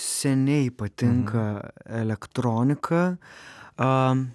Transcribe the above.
seniai patinka elektronika